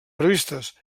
previstes